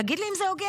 תגיד לי אם זה הוגן.